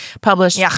Published